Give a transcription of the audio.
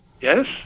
Yes